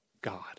God